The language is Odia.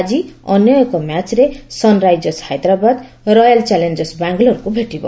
ଆକି ଅନ୍ୟ ଏକ ମ୍ୟାଚ୍ରେ ସନ୍ରାଇଜର୍ସ ହାଇଦ୍ରାବାଦ ରୟାଲ୍ ଚାଲେଞ୍ଜର୍ସ ବାଙ୍ଗାଲୋରକୁ ଭେଟିବ